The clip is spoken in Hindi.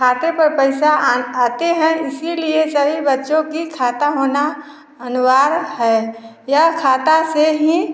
खाते पर पैसा आते हैं इसीलिए सभी बच्चे की खाता होना अनिवार्य है यह खाता से ही